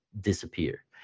disappear